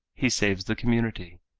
he saves the community,